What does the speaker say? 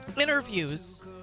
interviews